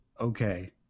okay